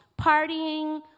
Partying